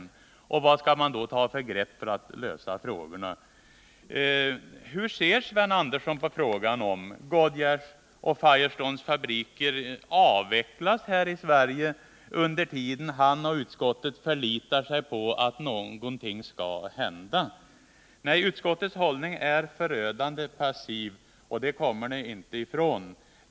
Vad skall man ta för grepp för att då lösa problemen? Hur ser Sven Andersson på frågan om Goodyears och Firestones fabriker avvecklas här i Sverige under tiden han och utskottet förlitar sig på att någonting skall hända? Nej, utskottets hållning är förödande passiv, och det kommer ni inte ifrån.